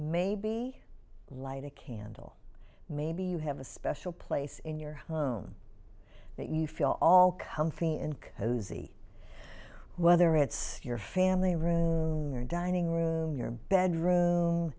maybe light a candle maybe you have a special place in your home that you feel all comfy and hosey whether it's your family room or dining room your bedroom